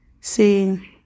See